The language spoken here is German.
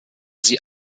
sie